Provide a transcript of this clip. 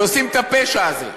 שעושים את הפשע הזה.